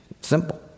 simple